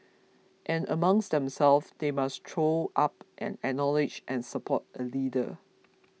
and amongst themselves they must throw up and acknowledge and support a leader